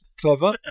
clever